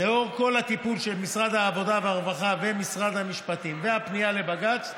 לאור כל הטיפול של משרד העבודה והרווחה ומשרד המשפטים והפנייה לבג"ץ,